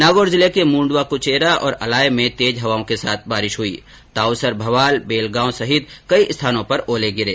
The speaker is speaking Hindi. नागौर जिले के मूंडवा कुचेरा और अलाय में तेज हवाओं के साथ बारिश हुई और ताउसर भवाल बेल गांव सहित कई स्थानों पर ओले गिरे